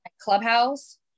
Clubhouse